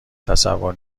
تصور